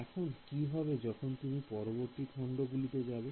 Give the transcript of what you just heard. এখন কি হবে যখন তুমি পরবর্তী খন্ড গুলিতে যাবে